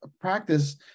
practice